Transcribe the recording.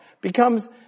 Becomes